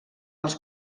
els